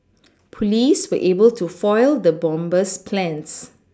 police were able to foil the bomber's plans